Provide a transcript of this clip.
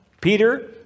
Peter